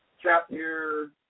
chapter